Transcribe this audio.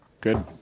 Good